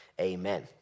amen